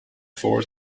four